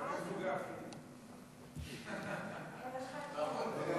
חבר